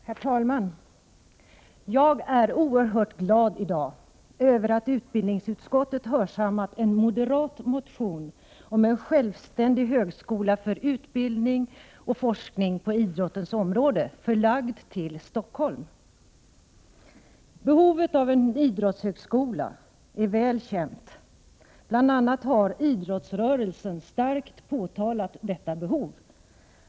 Herr talman! Jag är oerhört glad över att utbildningsutskottet har hörsammat en moderat motion om en självständig högskola för utbildning och forskning på idrottens område, förlagd till Stockholm. Behovet av en idrottshögskola är väl känt. Bl.a. har idrottsrörelsen starkt påvisat detta behov.